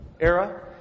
era